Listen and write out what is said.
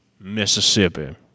Mississippi